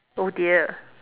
oh dear